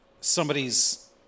somebody's